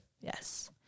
yes